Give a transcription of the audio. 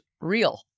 real